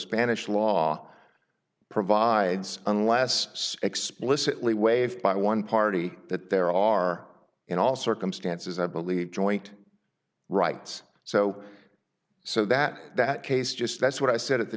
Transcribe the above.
spanish law provides unless explicitly waived by one party that there are in all circumstances i believe joint rights so so that that case just that's what i said at the